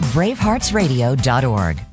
BraveheartsRadio.org